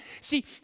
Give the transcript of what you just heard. See